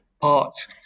parts